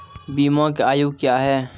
बीमा के आयु क्या हैं?